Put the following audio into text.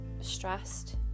stressed